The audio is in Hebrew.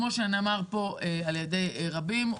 כמו שנאמר פה על-ידי רבים,